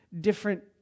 different